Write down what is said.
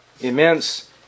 immense